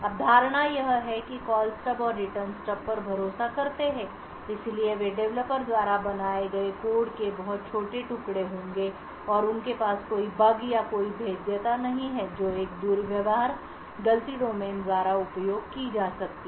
अब धारणा यह है कि ये कॉल स्टब और रिटर्न स्टब्स पर भरोसा करते हैं इसलिए वे डेवलपर द्वारा बनाए गए कोड के बहुत छोटे टुकड़े होंगे और उनके पास कोई बग या कोई भेद्यता नहीं है जो एक दुर्व्यवहार गलती डोमेन द्वारा उपयोग की जा सकती है